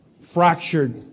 fractured